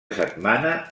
setmana